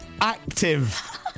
active